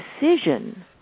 decision